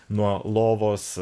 nuo lovos